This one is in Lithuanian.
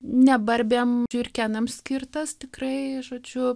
ne barbėm žiurkėnam skirtas tikrai žodžiu